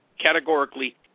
categorically